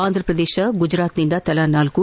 ಆಂಧ್ರಪ್ರದೇಶ ಗುಜರಾತ್ನಿಂದ ತಲಾ ನಾಲ್ಲು